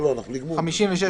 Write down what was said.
התשמ"ח 1988,